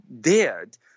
dared